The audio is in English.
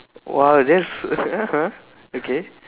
!wow! that's (uh huh) okay